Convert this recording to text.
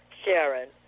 Sharon